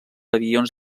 avions